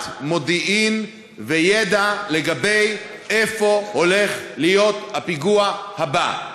מודיעין וידע לגבי איפה הולך להיות הפיגוע הבא.